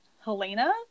helena